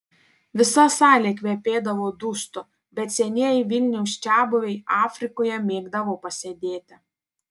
visa salė kvepėdavo dustu bet senieji vilniaus čiabuviai afrikoje mėgdavo pasėdėti